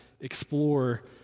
explore